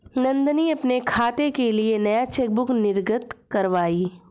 नंदनी अपने खाते के लिए नया चेकबुक निर्गत कारवाई